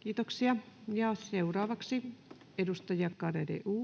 Kiitoksia. — Ja seuraavaksi edustaja Garedew.